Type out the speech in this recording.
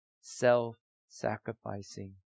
self-sacrificing